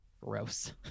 gross